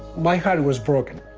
my heart was broken.